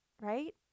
right